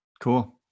cool